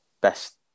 best